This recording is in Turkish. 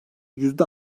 yüzde